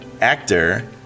actor